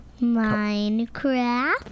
Minecraft